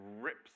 rips